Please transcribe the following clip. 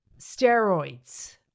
steroids